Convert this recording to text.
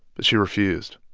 but she refused.